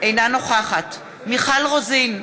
אינה נוכחת מיכל רוזין,